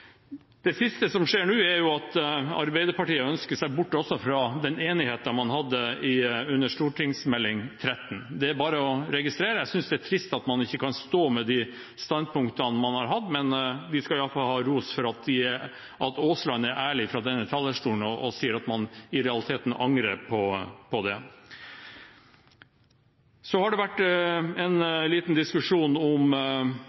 Det siste som nå skjer, er at Arbeiderpartiet også ønsker seg bort fra den enigheten man hadde under Meld. St. 13 for 2014–2015. Det er det bare å registrere. Jeg synes det er trist at man ikke kan stå for de standpunktene man har hatt, men Aasland skal i alle fall ha ros for at han er ærlig fra denne talerstolen og sier at man i realiteten angrer på det. Så har det vært en liten diskusjon om